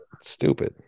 Stupid